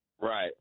Right